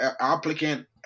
applicant